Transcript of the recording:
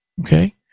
Okay